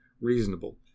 reasonable